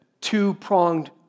two-pronged